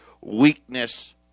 weakness